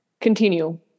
continue